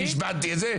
חישבתי את זה?